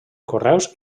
correus